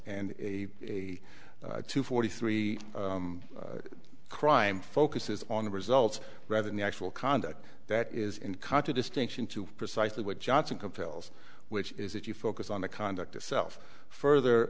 and a two forty three crime focuses on the results rather than the actual conduct that is in contradistinction to precisely what johnson compels which is if you focus on the conduct itself further